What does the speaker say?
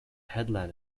headland